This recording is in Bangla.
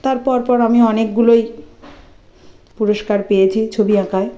তার পর পর আমি অনেকগুলোই পুরস্কার পেয়েছি ছবি আঁকায়